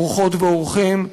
אורחות ואורחים,